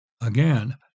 Again